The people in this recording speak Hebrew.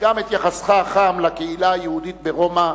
גם את יחסך החם לקהילה היהודית ברומא,